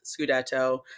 Scudetto